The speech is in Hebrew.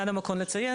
כאן המקום לציין,